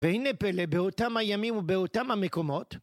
והנה פלא באותם הימים ובאותם המקומות.